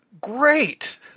Great